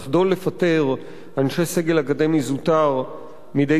לחדול לפטר אנשי סגל אקדמי זוטר מדי